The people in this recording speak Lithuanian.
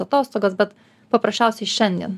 atostogas bet paprasčiausiai šiandien